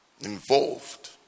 Involved